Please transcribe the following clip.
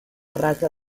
rasa